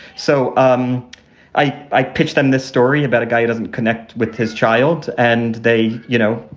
so um i i pitched them this story about a guy who doesn't connect with his child and they, you know,